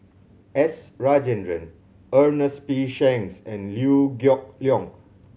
S Rajendran Ernest P Shanks and Liew Geok Leong